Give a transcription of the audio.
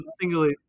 single